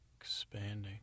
expanding